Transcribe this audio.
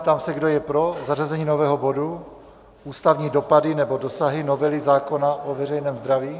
Ptám se, kdo je pro zařazení nového bodu Ústavní dopady nebo dosahy novely zákona o veřejném zdraví.